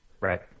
Right